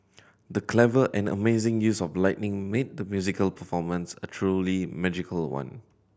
the clever and amazing use of lighting made the musical performance a truly magical one